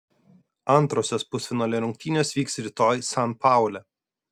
antrosios pusfinalio rungtynės vyks rytoj san paule